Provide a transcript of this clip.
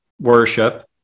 Worship